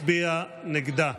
מצביע נגדה.